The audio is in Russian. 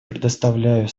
предоставляю